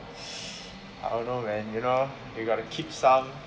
I don't know man you know you gotta keep some